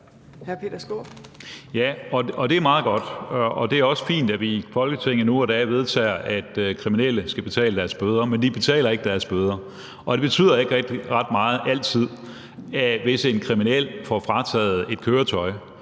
det er meget godt. Det er også fint, at vi i Folketinget nu og da vedtager, at kriminelle skal betale deres bøder. Men de betaler ikke deres bøder. Det betyder ikke rigtig ret meget altid, hvis en kriminel får frataget et køretøj,